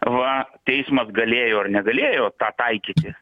va teismas galėjo ar negalėjo tą taikyti